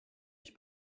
ich